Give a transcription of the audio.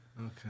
Okay